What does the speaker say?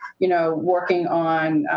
you know, working on,